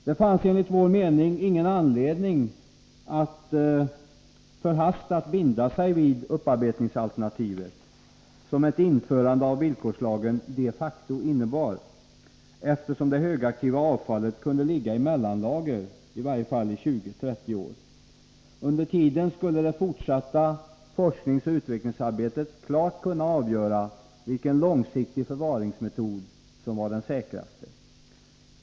Det fanns enligt vår mening ingen anledning att förhastat binda sig vid upparbetningsalternativet, som ett införande av villkorslagen de facto innebar, eftersom det högaktiva avfallet kunde ligga i mellanlager i åtminstone 20-30 år. Under tiden skulle det fortsatta forskningsoch utvecklingsarbetet klart kunna avgöra vilken långsiktig förvaringsmetod som var den säkraste.